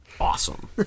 awesome